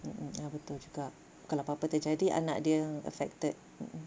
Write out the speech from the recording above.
mm mm ah betul juga kalau apa-apa terjadi anak dia affected mm mm